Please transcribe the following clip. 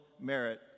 merit